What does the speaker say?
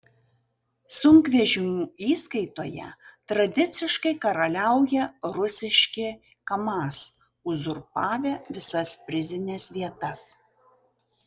sunkvežimių įskaitoje tradiciškai karaliauja rusiški kamaz uzurpavę visas prizines vietas